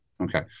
Okay